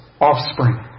offspring